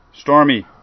Stormy